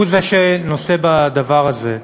והוא זה שנושא בדבר הזה.